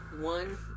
one